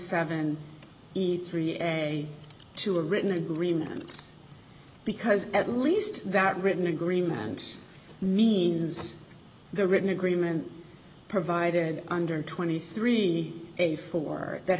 seventy three a to a written agreement because at least that written agreement means the written agreement provided under twenty three dollars a four that